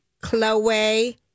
Chloe